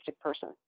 person